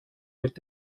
mit